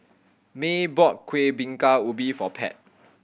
Maye bought Kuih Bingka Ubi for Pat